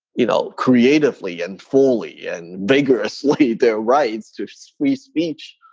you know, creatively and fully and vigorously their rights to so free speech,